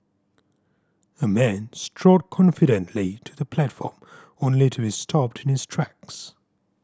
a man strode confidently to the platform only to be stopped in his tracks